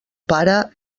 pare